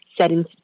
settings